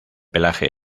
pelaje